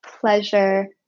pleasure